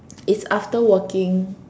it's after working